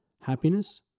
Happiness